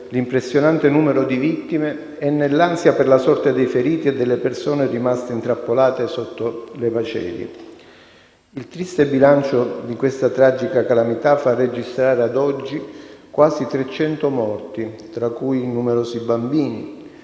l'impressionante numero di vittime e nell'ansia per la sorte dei feriti e delle persone rimaste intrappolate sotto le macerie. Il triste bilancio di questa tragica calamità fa registrare ad oggi quasi 300 morti, tra cui numerosi bambini,